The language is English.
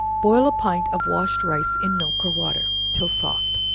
boil a pint of washed rice in milk or water, till soft,